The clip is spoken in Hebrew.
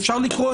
אפשר לקרוא,